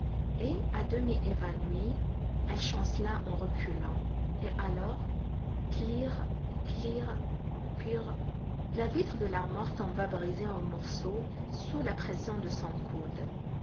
et à demi évanouie elle chancela en reculant et alors klirr klirr prr la vitre de l'armoire tomba brisée en morceaux sous la pression de son coude